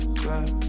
black